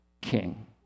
king